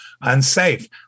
Unsafe